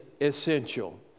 essential